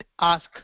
ask